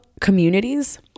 communities